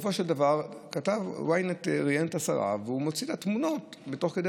בסופו של דבר כתב של ynet ראיין את השרה ותוך כדי